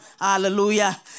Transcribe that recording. Hallelujah